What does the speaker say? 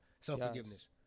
Self-forgiveness